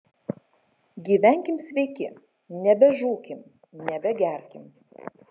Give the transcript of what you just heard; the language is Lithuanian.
gyvenkim sveiki nebežūkim nebegerkim